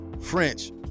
French